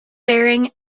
bearing